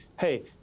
Hey